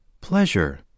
Pleasure